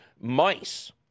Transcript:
Mice